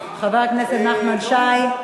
חבר הכנסת נחמן שי,